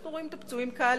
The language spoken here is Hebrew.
אנחנו רואים את הפצועים קל,